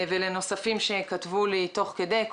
ולנוספים שכתבו לי תוך כדי הישיבה,